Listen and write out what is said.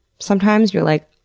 sometimes you're like,